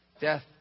death